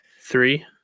Three